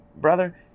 brother